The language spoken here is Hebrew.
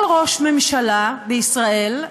כל ראש ממשלה בישראל,